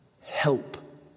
help